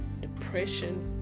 Depression